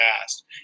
past